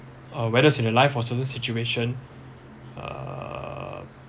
uh whether is in your life or certain situation uh